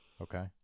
Okay